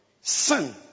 sin